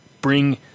bring